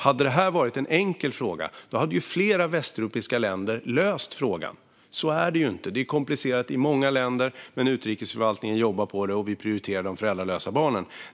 Om detta hade varit en enkel fråga hade fler västeuropeiska länder löst den. Så är det inte, utan det är komplicerat i flera länder. Men utrikesförvaltningen jobbar på det, och vi prioriterar de föräldralösa barnen.